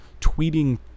tweeting